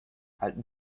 halten